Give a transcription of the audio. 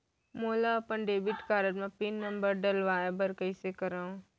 मोला अपन debit card म पिन नंबर डलवाय बर हे कइसे करव?